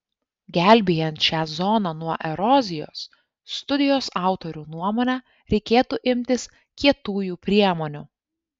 gelbėjant šią zoną nuo erozijos studijos autorių nuomone reikėtų imtis kietųjų priemonių